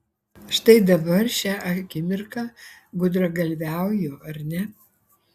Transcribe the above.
štai dabar šią akimirką gudragalviauju ar ne